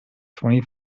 twenty